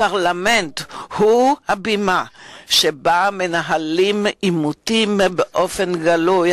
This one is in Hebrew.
הפרלמנט הוא הבימה שעליה מנהלים עימותים באופן גלוי,